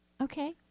okay